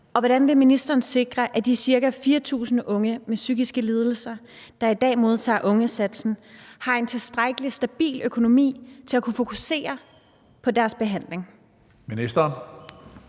og hvordan vil ministeren sikre, at de ca. 4.000 unge med psykiske lidelser, der i dag modtager ungesatsen, har en tilstrækkelig stabil økonomi til at kunne fokusere på deres behandling? Kl.